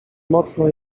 mocno